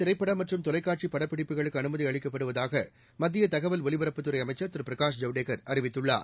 திரைப்படமற்றம் நாடுமுவதும் தொலைக்காட்சிபடப்பிடிப்புகளுக்குஅனுமதிஅளிக்கப்படுவதாகமத்தியதகவல் ஒலிபரப்புத்துறைஅமைச்சர் திருபிரகாஷ் ஜவடேக்கர் அறிவித்துள்ளார்